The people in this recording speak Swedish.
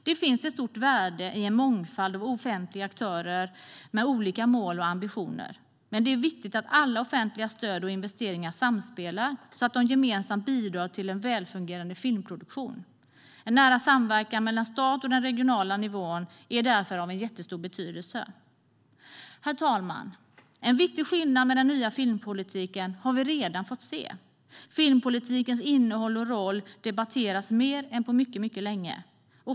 Det finns ett stort värde i en mångfald av offentliga aktörer med olika mål och ambitioner, men det är viktigt att alla offentliga stöd och investeringar samspelar så att de gemensamt bidrar till en välfungerande filmproduktion. En nära samverkan mellan stat och den regionala nivån har därför stor betydelse. Herr talman! En viktig skillnad med den nya filmpolitiken har vi redan fått se. Filmpolitikens innehåll och roll debatteras mer än på mycket länge.